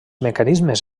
mecanismes